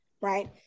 right